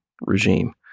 regime